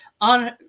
on